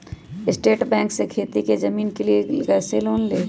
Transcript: State Bank से खेती की जमीन के लिए कैसे लोन ले?